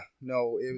no